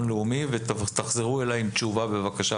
לאומי ובבקשה תחזרו אלי עם תשובה בדיון הבא